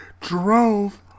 drove